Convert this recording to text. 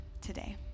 today